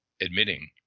admitting